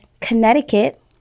connecticut